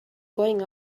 going